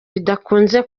bidakunze